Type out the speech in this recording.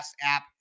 app